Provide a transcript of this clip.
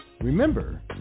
Remember